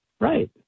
Right